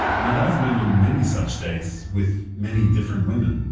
nadav went on many such dates, with many different women.